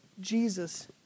Jesus